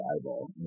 eyeball